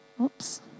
oops